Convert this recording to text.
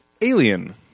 Alien